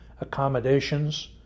accommodations